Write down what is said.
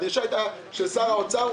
הדרישה הייתה של שר האוצר.